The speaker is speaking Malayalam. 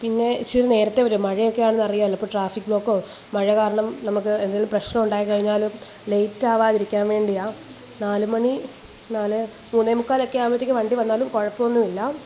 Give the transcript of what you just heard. പിന്നെ ഇച്ചിരി നേരത്തെ വരുമോ മഴയൊക്കെയാണെന്നറിയാമല്ലൊ അപ്പോൾ ട്രാഫിക് ബ്ലോക്കോ മഴകാരണം നമുക്ക് എന്തെങ്കിലും പ്രശ്നമുണ്ടായിക്കഴിഞ്ഞാൽ ലേയ്റ്റാകാതിരിക്കാൻ വേണ്ടിയ നാലുമണി നാലേ മൂന്നേമുക്കാലൊക്കെ ആകുമ്പോഴത്തേക്കും വണ്ടിവന്നാലും കുഴപ്പാമൊന്നുമില്ല